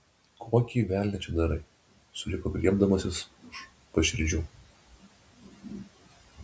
kokį velnią čia darai suriko griebdamasis už paširdžių